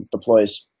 deploys